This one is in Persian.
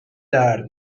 درد